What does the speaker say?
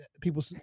people